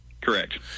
correct